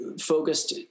focused